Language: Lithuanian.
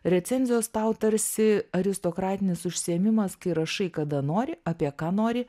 recenzijos tau tarsi aristokratinis užsiėmimas kai rašai kada nori apie ką nori